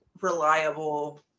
reliable